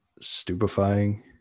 stupefying